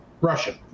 Russian